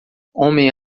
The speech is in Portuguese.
homem